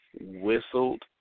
whistled